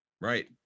right